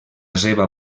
seva